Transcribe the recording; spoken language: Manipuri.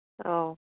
ꯑꯧ